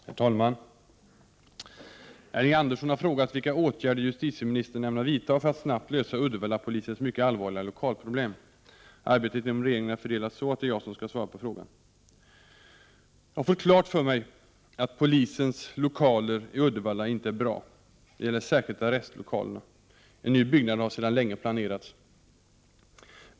Herr talman! Elving Andersson har frågat vilka åtgärder justitieministern ämnar vidta för att snabbt lösa Uddevallapolisens mycket allvarliga lokalproblem. Arbetet inom regeringen är fördelat så, att det är jag som skall svara på frågan. Jag har fått klart för mig att polisens lokaler i Uddevalla inte är bra. Det gäller särskilt arrestlokalerna. En ny byggnad har sedan länge planerats.